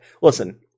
listen